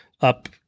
up